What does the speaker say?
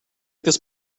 this